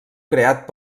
creat